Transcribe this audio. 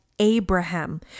Abraham